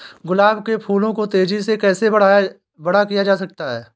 गुलाब के फूलों को तेजी से कैसे बड़ा किया जा सकता है?